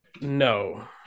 No